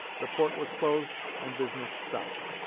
the port was closed and business stopped.